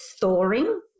thawing